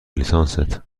لیسانست